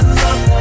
love